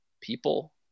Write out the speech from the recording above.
People